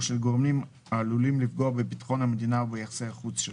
של גורמים העלולים לפגוע בביטחון המדינה או ביחסי החוץ שלה.